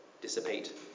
Dissipate